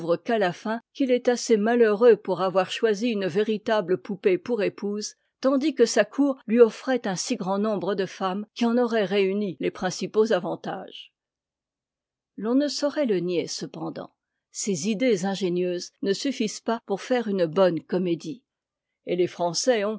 qu'à la fin qu'il est assez malheureux pour avoir choisi une véritahie poupée pour épouse tandis que sa cour lui offrait un si grand nombre de femmes qui en auraient réuni les principaux avantages l'on ne saurait le nier cependant ces idées ingénieuses ne suffisent pas pour faire une bonne comédie et les français ont